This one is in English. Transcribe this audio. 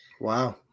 Wow